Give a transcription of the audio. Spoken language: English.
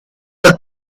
the